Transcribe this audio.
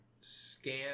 scan